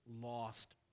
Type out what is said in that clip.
lost